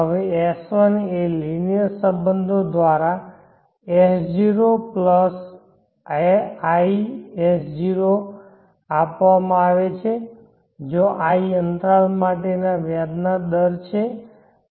હવે S1 એ linear સંબંધો દ્વારા S0S0×i આપવામાં આવે છે જ્યાં i અંતરાલ માટેના વ્યાજના દર છું